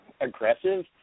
aggressive